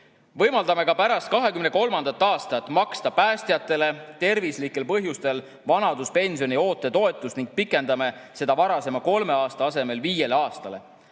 Võimaldame ka pärast 2023. aastat maksta päästjatele tervislikel põhjustel vanaduspensioni oote toetust ning pikendame seda varasema kolme aasta asemel viiele aastale.